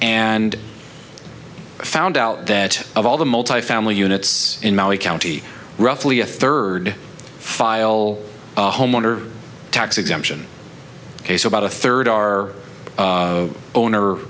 and found out that of all the multifamily units in maui county roughly a third file homeowner tax exemption case about a third are owner